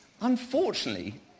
Unfortunately